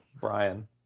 Brian